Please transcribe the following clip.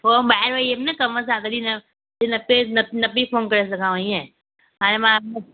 हो ॿाहिर वई हुयमि न कमु सां तॾीं न पी फ़ोन करे सघांव इअं हाणे मां